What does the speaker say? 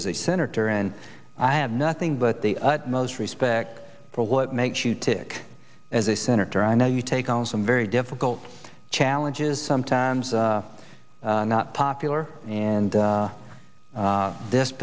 as a senator and i have nothing but the utmost respect for what makes you tick as a senator i know you take on some very difficult challenges sometimes not popular and